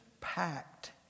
packed